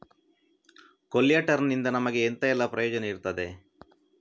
ಕೊಲ್ಯಟರ್ ನಿಂದ ನಮಗೆ ಎಂತ ಎಲ್ಲಾ ಪ್ರಯೋಜನ ಇರ್ತದೆ?